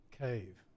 cave